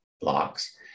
blocks